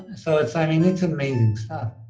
ah so it's ah it's amazing stuff